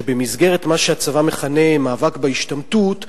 שבמסגרת מה שהצבא מכנה "מאבק בהשתמטות",